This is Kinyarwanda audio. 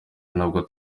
n’ubwo